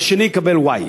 והשני יקבל y.